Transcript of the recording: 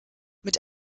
mit